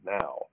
now